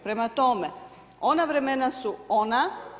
Prema tome, ona vremena su ona.